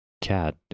cat